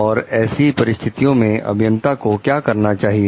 और ऐसी परिस्थितियों में अभियंता को क्या करना चाहिए